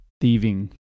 thieving